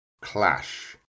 clash